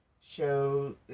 show